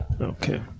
Okay